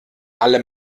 alle